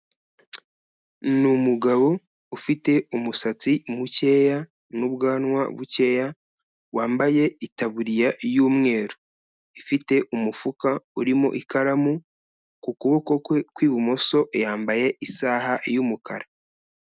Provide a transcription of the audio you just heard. Ni umugabo ufite umusatsi mukeya n'ubwanwa bukeya wambaye itaburiya y'umweru, ifite umufuka urimo ikaramu, ku kuboko kwe kw'ibumoso yambaye isaha y'umukara.